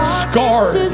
scarred